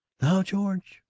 now, george,